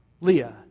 Leah